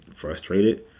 frustrated